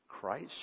Christ